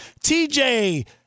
TJ